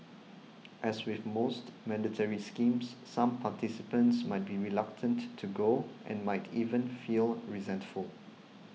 as with most mandatory schemes some participants might be reluctant to go and might even feel resentful